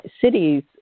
cities